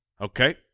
Okay